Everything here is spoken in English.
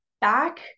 Back